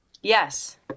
Yes